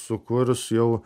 sukurs jau